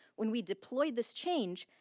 when we deploy this change,